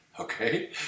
Okay